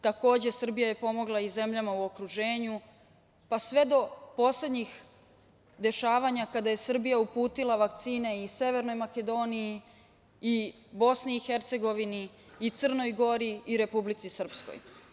Takođe, Srbija je pomogla i zemljama u okruženju, pa sve do poslednjih dešavanja kada je Srbija uputila vakcine i Severnoj Makedoniji i BiH i Crnoj Gori i Republici Srpskoj.